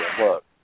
Look